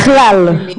בכלל,